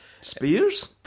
Spears